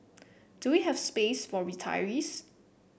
do we have space for retirees